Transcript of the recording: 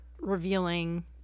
revealing